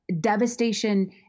devastation